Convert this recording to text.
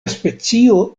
specio